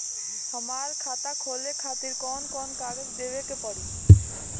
हमार खाता खोले खातिर कौन कौन कागज देवे के पड़ी?